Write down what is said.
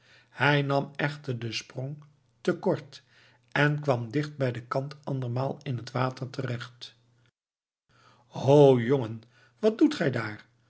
hij nam echter den sprong te kort en kwam dicht bij den kant andermaal in het water terecht ho jongen wat doet gij daar